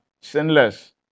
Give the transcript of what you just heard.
sinless